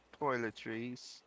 toiletries